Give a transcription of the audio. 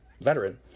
veteran